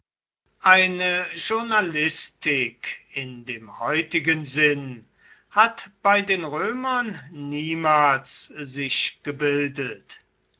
eine journalistik in dem heutigen sinn hat bei den römern niemals sich gebildet